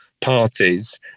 parties